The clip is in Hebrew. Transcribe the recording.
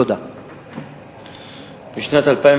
1. בשנת 2009